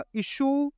issue